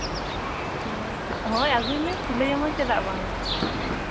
ᱦᱳᱭ ᱟᱹᱜᱩᱭ ᱢᱮ ᱥᱤᱞᱟᱹᱭᱟᱹᱢᱟᱹᱧ ᱪᱮᱫᱟᱜ ᱵᱟᱝᱼᱟ